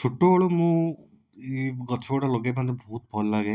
ଛୋଟ ବେଳୁ ମୁଁ ଏଇ ଗଛଗୁଡ଼ା ଲଗାଇବା ପାଇଁ ମୋତେ ବହୁତ ଭଲ ଲାଗେ